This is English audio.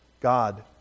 God